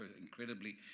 incredibly